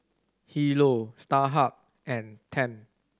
HiLo Starhub and Tempt